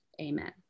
Amen